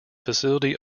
facility